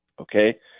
okay